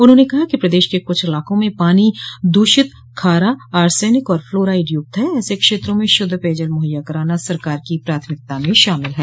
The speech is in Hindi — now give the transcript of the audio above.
उन्होंने कहा कि प्रदश के कुछ इलाकों में पानी द्रषित खारा आर्सेनिक और फ्लोराइड युक्त है ऐसे क्षेत्रों में शुद्ध पेयजल मुहैया कराना सरकार की प्राथमिकता में शामिल है